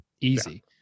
easy